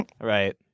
Right